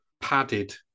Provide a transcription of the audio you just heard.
padded